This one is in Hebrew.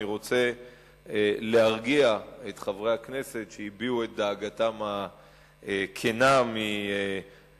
אני רוצה להרגיע את חברי הכנסת שהביעו את דאגתם הכנה מההידרדרות,